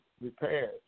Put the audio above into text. repaired